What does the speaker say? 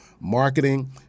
Marketing